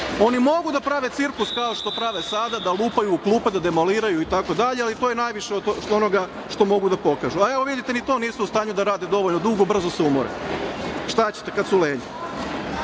Oni mogu da prave cirkus kao što prave sada, da lupaju u klupe, da demoliraju itd, ali to je najviše od onoga što mogu da pokažu. Evo, vidite, ni to nisu u stanju da rade dovoljno dugo, brzo se umore. Šta ćete kada su